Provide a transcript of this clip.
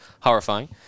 horrifying